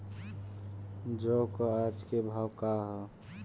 जौ क आज के भाव का ह?